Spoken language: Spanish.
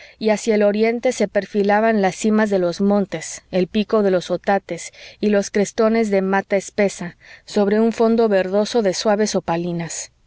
y hacia el oriente se perfilaban las cimas de los montes el pico de los otates y los crestones de mata espesa sobre un fondo verdoso de suaves opalinas